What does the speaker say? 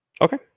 Okay